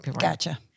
Gotcha